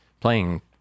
playing